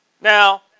Now